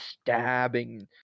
stabbing